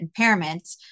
impairments